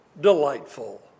Delightful